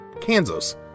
Kansas